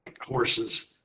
horses